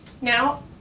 Now